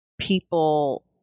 people